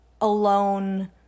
alone